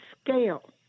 scale